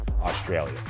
Australia